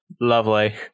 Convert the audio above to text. lovely